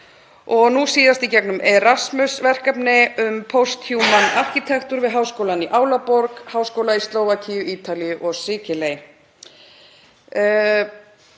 og nú síðast í gegnum Erasmus-verkefni um „Posthuman Architecture“ við háskólann í Álaborg, háskóla í Slóvakíu, Ítalíu og á Sikiley.